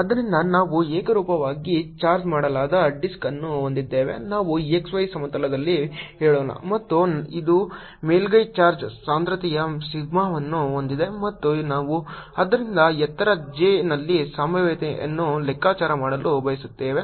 ಆದ್ದರಿಂದ ನಾವು ಏಕರೂಪವಾಗಿ ಚಾರ್ಜ್ ಮಾಡಲಾದ ಡಿಸ್ಕ್ ಅನ್ನು ಹೊಂದಿದ್ದೇವೆ ನಾವು x y ಸಮತಲದಲ್ಲಿ ಹೇಳೋಣ ಮತ್ತು ಇದು ಮೇಲ್ಮೈ ಚಾರ್ಜ್ ಸಾಂದ್ರತೆಯ ಸಿಗ್ಮಾವನ್ನು ಹೊಂದಿದೆ ಮತ್ತು ನಾವು ಅದರಿಂದ ಎತ್ತರ z ನಲ್ಲಿ ಸಂಭಾವ್ಯತೆಯನ್ನು ಲೆಕ್ಕಾಚಾರ ಮಾಡಲು ಬಯಸುತ್ತೇವೆ